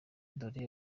dore